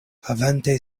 havante